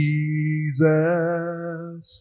Jesus